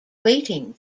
waiting